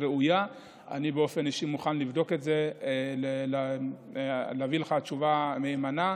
אני מוכן לבדוק את זה באופן אישי ולהביא לך תשובה מהימנה.